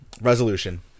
Resolution